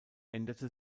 änderte